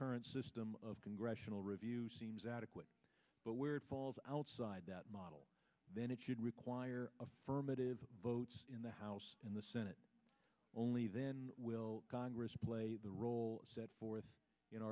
current system of congressional review seems adequate but where it falls outside that model then it should require affirmative votes in the house in the senate only then will congress play the role set forth in